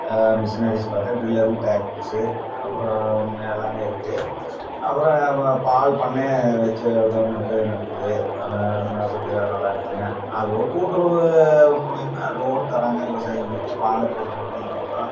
machineries பார்த்தா ட்ரில்லர்க்கு tractors அப்புறம் எல்லாம் இருக்குது அப்புறம் பால் பண்ணை வச்சு கவர்மெண்ட்டு நடத்துது அது நல்லா இருக்குதுங்க அது போக கூட்டுறவு மூலயமா லோன் தராங்க விவசாயிங்களுக்கு வாழை போடுகிறாங்க இந்த பக்கம்